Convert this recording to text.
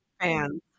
fans